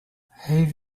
have